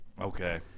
Okay